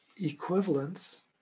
equivalence